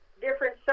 different